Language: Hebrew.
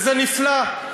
וזה נפלא,